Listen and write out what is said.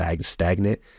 stagnant